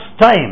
time